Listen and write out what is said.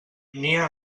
nia